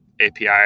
API